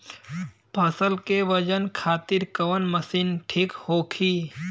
फसल के वजन खातिर कवन मशीन ठीक होखि?